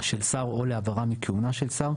של שר או להעברה מכהונה של שר,